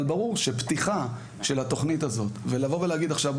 אבל ברור שפתיחה של התוכנית הזאת ולבוא ולהגיד עכשיו,